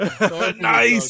Nice